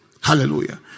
Hallelujah